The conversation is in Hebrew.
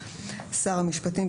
"(ב) שר המשפטים,